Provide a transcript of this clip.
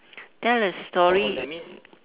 tell a story